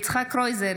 אינו נוכח יצחק קרויזר,